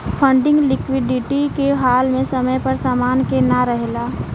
funding liquidity के हाल में समय पर समान के ना रेहला